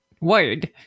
Word